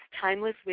Timeless